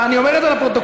אני אומר את זה לפרוטוקול.